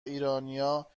ایرانیا